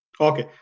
Okay